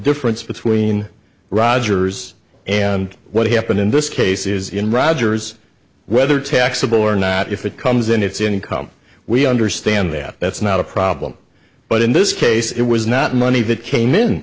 difference between rogers and what happened in this case is in rogers whether taxable or not if it comes in it's income we understand that that's not a problem but in this case it was not money that came in